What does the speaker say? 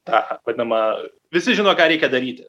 tą vadinamą visi žino ką reikia daryti